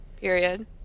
Period